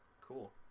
Cool